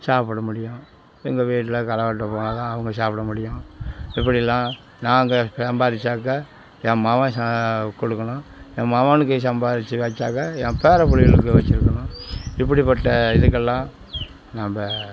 சாப்பிட முடியும் எங்கள் வீட்டில் களை வெட்ட போனால் தான் அவங்க சாப்பிட முடியும் இப்படியெல்லாம் நாங்கள் சம்பாதிச்சாக்கா என் மவன் கொடுக்கணும் என் மவனுக்கு சம்பாதிச்சி வைச்சாக்கா மன் பேரபுள்ளைகளுக்கு வச்சுருக்கணும் இப்டிப்பட்ட இதுக்கெல்லாம் நம்ம